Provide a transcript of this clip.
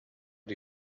die